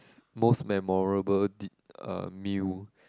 ~s most memorable d~ uh meal